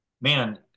man